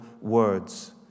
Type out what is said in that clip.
words